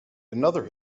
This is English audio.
another